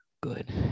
Good